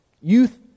youth